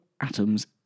Atoms